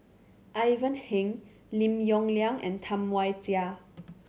Ivan Heng Lim Yong Liang and Tam Wai Jia